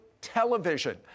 television